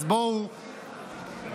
אז בואו נרגיע.